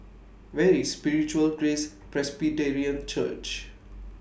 Where IS Spiritual Grace Presbyterian Church